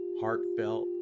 heartfelt